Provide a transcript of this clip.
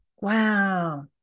wow